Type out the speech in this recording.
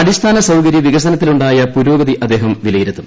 അടിസ്ഥാന സൌകരൃ വികസനത്തിലുണ്ടായ പുരോഗതി അദ്ദേഹം വിലയിരുത്തും